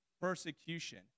persecution